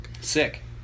Sick